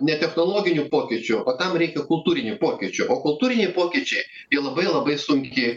ne technologinių pokyčių o tam reikia kultūrinių pokyčių o kultūriniai pokyčiai jie labai labai sunkiai